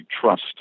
trust